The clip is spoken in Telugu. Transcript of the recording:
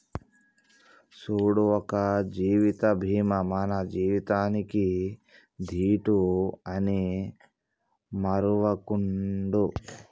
సూడు ఒక జీవిత బీమా మన జీవితానికీ దీటు అని మరువకుండు